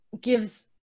gives